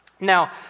Now